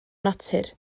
natur